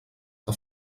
que